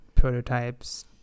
prototypes